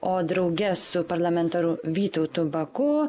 o drauge su parlamentaru vytautu baku